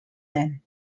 land